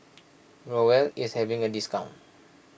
Growell is having a discount